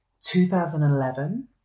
2011